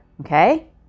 Okay